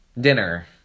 dinner